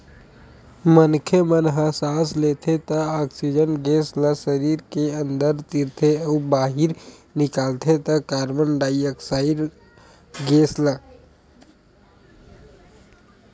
मनखे मन ह सांस लेथे त ऑक्सीजन गेस ल सरीर के अंदर तीरथे अउ बाहिर निकालथे त कारबन डाईऑक्साइड ऑक्साइड गेस ल